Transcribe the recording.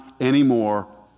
anymore